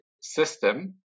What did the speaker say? system